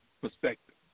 perspective